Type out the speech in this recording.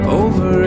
over